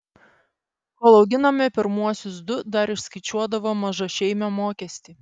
kol auginome pirmuosius du dar išskaičiuodavo mažašeimio mokestį